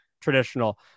traditional